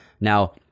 now